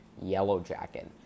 Yellowjacket